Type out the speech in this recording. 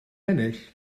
ennill